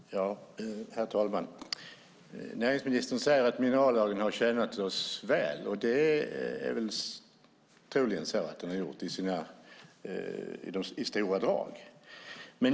Herr talman! Näringsministern säger att minerallagen har tjänat oss väl. Det har den troligen också gjort i stora drag.